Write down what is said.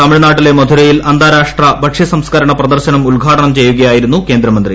തമിഴ്നാട്ടിലെ മധുരയിൽ അന്താരാഷ്ട്ര ഭക്ഷ്യസംസ്കരണ പ്രദർശനം ഉദ്ഘാടനം ചെയ്യുകയായിരുന്നു കേന്ദ്രമന്ത്രി